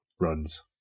runs